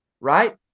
right